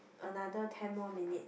another ten more minutes